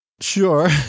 Sure